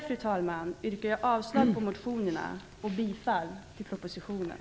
Fru talman! Jag yrkar avslag på motionerna och bifall till propositionen.